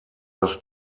dass